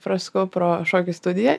prasukau pro šokių studiją